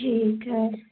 ठीक है